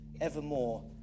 evermore